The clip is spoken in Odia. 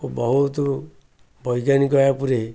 ଓ ବହୁତ ବୈଜ୍ଞାନିକ ଏହା ଉପରେ